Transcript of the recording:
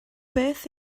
beth